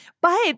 But-